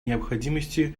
необходимости